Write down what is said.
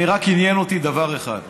עניין אותי דבר אחד,